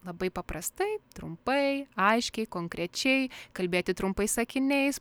labai paprastai trumpai aiškiai konkrečiai kalbėti trumpais sakiniais